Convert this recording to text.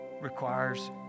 requires